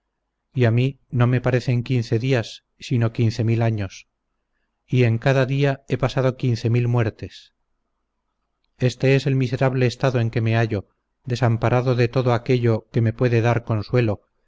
y a mí no me parecen quince días sino quince mil años y en cada día he pasado quince mil muertes este es el miserable estado en que me hallo desamparado de todo aquello que me puede dar consuelo